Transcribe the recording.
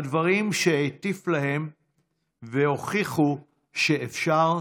הדברים שהטיף להם ז'בוטינסקי והוכיחו שאפשר.